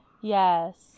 Yes